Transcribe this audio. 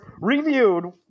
reviewed